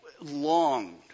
longed